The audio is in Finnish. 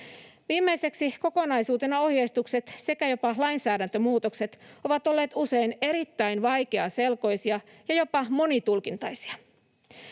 Viimeiseksi: Kokonaisuutena ohjeistukset sekä jopa lainsäädäntömuutokset ovat usein olleet erittäin vaikeaselkoisia ja jopa monitulkintaisia.